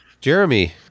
Jeremy